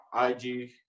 IG